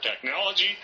technology